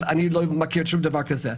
אני לא מכיר שום דבר כזה.